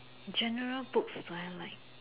general books are like